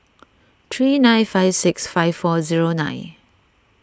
three nine five six five four zero nine